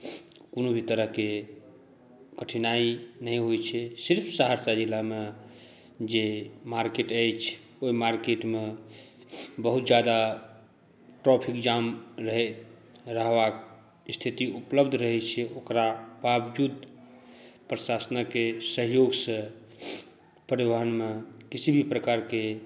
कोनो भी तरहकेँ कठिनाइ नहि होइ छै सहरसा जिलामे जे मार्केट अछि ओहि मार्केटमे बहुत ज्यादा ट्रैफिक जाम रहबाक स्थिति उपलब्ध रहै छै ओकरा वावजुद प्रशासनक सहयोगसँ परिवहनमे किसी भी प्रकारके